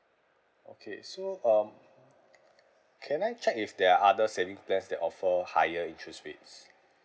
okay so um can I check if there are other savings plans that offer higher interest rates